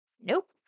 Nope